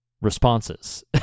responses